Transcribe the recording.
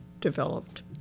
developed